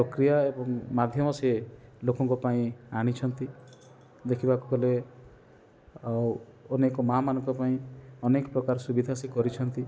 ପ୍ରକ୍ରିୟା ଏବଂ ମାଧ୍ୟମ ସିଏ ଲୋକଙ୍କପାଇଁ ଆଣିଛନ୍ତି ଦେଖିବାକୁ ଗଲେ ଆଉ ଅନେକ ମାଆମାନଙ୍କ ପାଇଁ ଅନେକ ପ୍ରକାର ସୁବିଧା ସେ କରିଛନ୍ତି